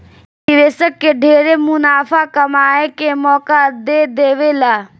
इ निवेशक के ढेरे मुनाफा कमाए के मौका दे देवेला